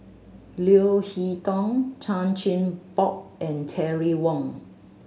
Leo Hee Tong Chan Chin Bock and Terry Wong